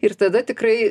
ir tada tikrai